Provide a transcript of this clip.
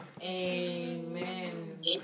Amen